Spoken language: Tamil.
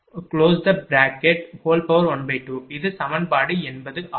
எனவே Vm212bjjb2jj 4cjj1212 இது சமன்பாடு 80 ஆகும்